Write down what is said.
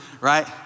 right